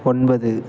ஒன்பது